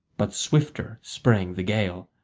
but swifter sprang the gael.